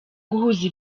guhuza